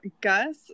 Gus